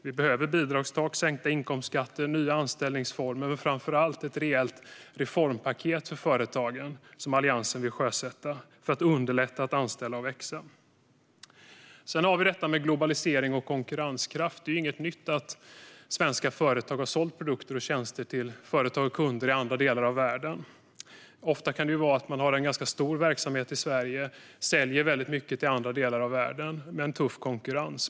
Vi behöver bidragstak, sänkta inkomstskatter, nya anställningsformer och framför allt ett rejält reformpaket för företagen, som Alliansen vill sjösätta, så att man underlättar för företagen att anställa och växa. Sedan har vi detta med globalisering och konkurrenskraft. Det är inget nytt att svenska företag har sålt produkter och tjänster till företag och kunder i andra delar av världen. Ofta kan det vara så att man har en ganska stor verksamhet i Sverige och säljer mycket till andra delar av världen i en tuff konkurrens.